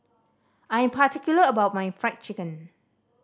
I'm particular about my Fried Chicken